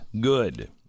good